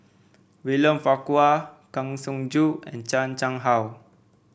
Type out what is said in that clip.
William Farquhar Kang Siong Joo and Chan Chang How